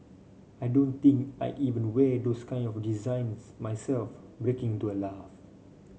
I don't think I'd even wear those kind of designs myself breaking into a laugh